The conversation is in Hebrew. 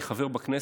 אני חבר בכנסת,